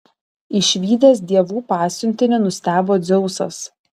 išvydęs dievų pasiuntinį nustebo dzeusas